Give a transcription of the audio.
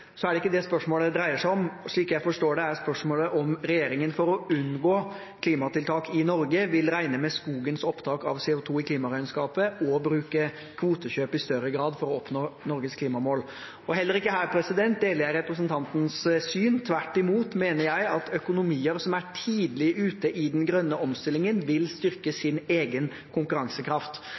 så er det ikke det spørsmålet dreier seg om. Slik jeg forstår det, er spørsmålet om regjeringen, for å unngå klimatiltak i Norge, vil regne med skogens opptak av CO 2 i klimaregnskapet og bruke kvotekjøp i større grad for å oppnå Norges klimamål. Heller ikke her deler jeg representantens syn. Tvert imot mener jeg at økonomier som er tidlig ute i den grønne omstillingen, vil styrke sin egen konkurransekraft.